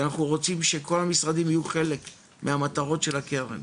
כי אנחנו רוצים שכל המשרדים יהיו חלק מהמטרות של הקרן.